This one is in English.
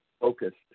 focused